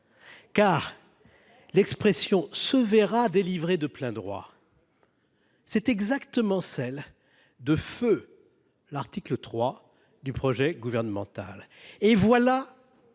: l’expression « se voit délivrer de plein droit » est exactement reprise de feu l’article 3 du projet gouvernemental ! Voilà